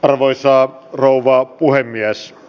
arvoisa rouva puhemies